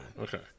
okay